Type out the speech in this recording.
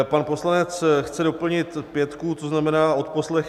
Pan poslanec chce doplnit pětku, to znamená odposlechy.